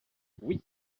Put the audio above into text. oui